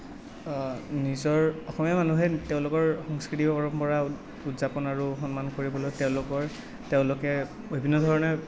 অঁ নিজৰ অসমীয়া মানুহে তেওঁলোকৰ সাংস্কৃতিক পৰম্পৰা উদযাপন আৰু সন্মান কৰিবলৈ তেওঁলোকৰ তেওঁলোকে বিভিন্ন ধৰণে